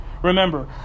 Remember